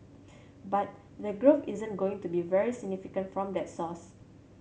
but the growth isn't going to be very significant from that source